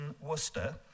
Worcester